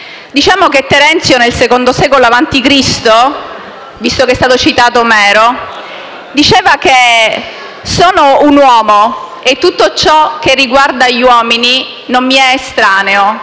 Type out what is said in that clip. Diciamo che Terenzio, nel secondo secolo avanti Cristo, visto che è stato citato Omero, diceva: sono un uomo e tutto ciò che riguarda gli uomini non mi è estraneo,